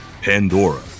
Pandora